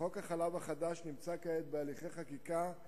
חוק החלב החדש נמצא כעת בהליכי חקיקה,